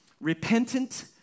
repentant